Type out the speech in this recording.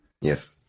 Yes